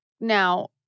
now